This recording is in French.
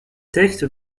textes